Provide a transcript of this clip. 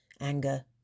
anger